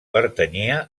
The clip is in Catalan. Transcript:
pertanyia